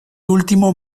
último